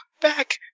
back